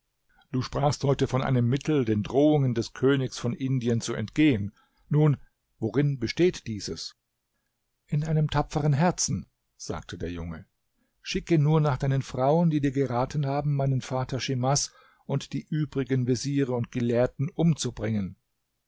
du sprachst heute von einem mittel den drohungen des königs von indien zu entgehen nun worin besteht dieses in einem tapferen herzen sagte der junge schicke nur nach deinen frauen die dir geraten haben meinen vater schimas und die übrigen veziere und gelehrten umzubringen